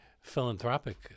philanthropic